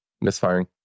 misfiring